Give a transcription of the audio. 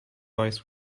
ice